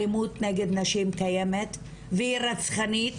אלימות נגד נשים קיימת והיא רצחנית